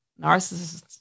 narcissists